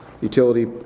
Utility